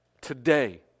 today